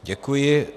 Děkuji.